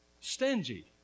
stingy